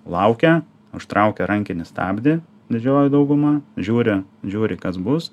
laukia užtraukia rankinį stabdį didžioji dauguma žiūri žiūri kas bus